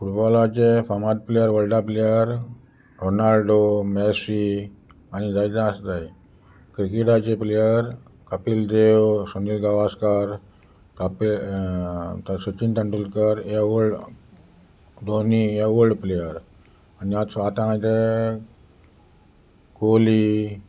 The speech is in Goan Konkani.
फुटबॉलाचे फामाद प्लेयर वल्डा प्लेयर रोनाल्डो मॅसी आनी जायतेस जाय क्रिकेटाचे प्लेयर कपील देव सनील गवास्कार कपील सचीन तेंडुलकर हे वल्ड दोनी हे ओल्ड प्लेयर आनी आज आतकाचे कोली